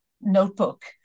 notebook